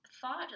thought